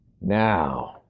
Now